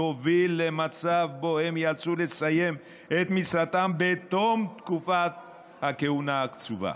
יוביל למצב שבו הם ייאלצו לסיים את משרתם בתום תקופת הכהונה הקצובה,